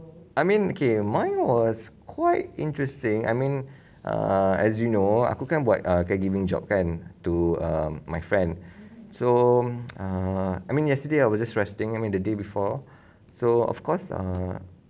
I mean K mine was quite interesting I mean err as you know aku kan buat caregiving job kan to my friend so err I mean yesterday I was just resting I mean the day before so of course err